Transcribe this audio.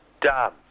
Done